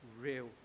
real